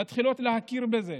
שמתחילות להכיר בזה.